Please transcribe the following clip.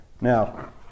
Now